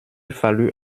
fallut